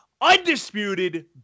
Undisputed